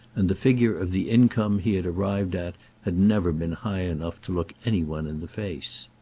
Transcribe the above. and the figure of the income he had arrived at had never been high enough to look any one in the face.